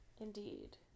indeed